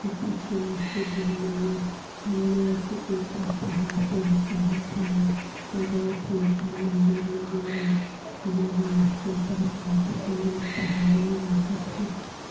ऊपर से नीचे गिरने में हमने वैसे एक बार पहाड़ पे ही चढ़ा था मैं गई थी एक बार मन्दिर में विमल देवी के तरफ जाते समय एक पहाड़ी इलाका था